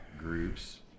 Groups